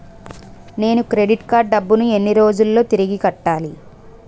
నేను credit card డబ్బును ఎన్ని రోజుల్లో తిరిగి కట్టాలి?